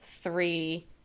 three